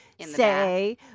say